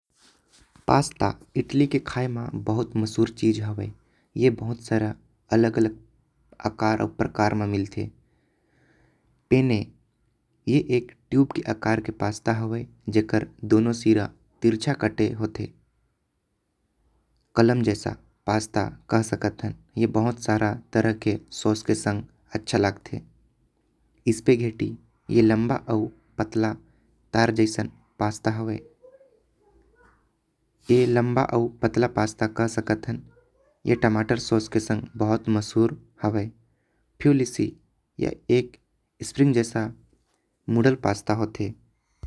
Pasta Italy के खाए म बहुत मशहूर चीज हैवे। ए बहुत सारा अलग अलग आकर आऊ प्रकार म मिलते। टेने ए एक ट्यूब के आकर के पास्ता हैवे। जेकर दोनों सिरा तिरछा कटे होते कलम जैसा पास्ता कह सकत। हन ए बहुत तरह के सॉस के संग अच्छा लगते स्पगिटी ए लंबा आऊ। पतला तार जैसन पास्ता हैवे ए लंबा आऊ पतला पास्ता कह सकत। हन ए टमाटर सॉस के संग बहुत मशहूर है। फ्यूलिस यह एक स्प्रिंग जैसा मुरल पास्ता होते।